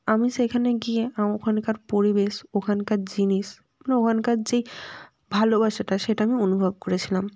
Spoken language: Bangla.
আমি সেখানে গিয়ে আম ওখানকার পরিবেশ ওখানকার জিনিস মানে ওখানকার যেই ভালোবাসাটা সেটা আমি অনুভব করেছিলাম